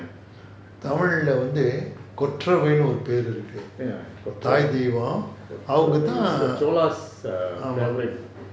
tamil leh வந்து கொற்றவை னு ஒரு பெரு இருக்கு தாய் தெய்வம் அவங்க தான்:vanthu kottravai nu oru peru iruku thaai deivam avanga thaan